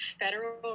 federal